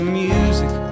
music